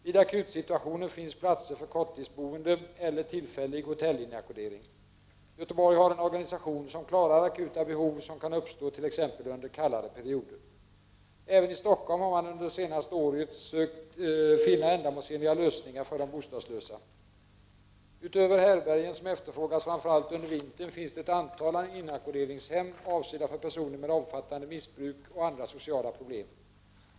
Vid akutsituationer finns platser för körttidsboende eller tillfällig hotellinackordering. Göteborg har en organisätiöri som klarar akuta behov som kan uppstå t.ex. under kallare perioder. Även i Stockholm har man under senaste året sökt finna ändamålsenliga lösningar för de bostadslösa. Utöver hätbärgen som efterfrågas framför allt under vintern finns ett antal inackorderingshem avsedda för personer med omfattande missbruk och andra sociala problem.